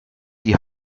die